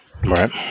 Right